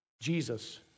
Jesus